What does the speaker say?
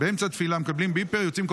באמצע התפילה מקבלים ביפר ויוצאים כל